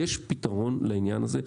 יש פתרון לעניין הזה.